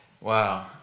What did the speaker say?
Wow